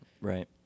Right